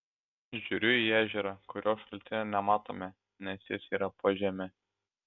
žiūriu į ežerą kurio šaltinio nematome nes jis yra po žeme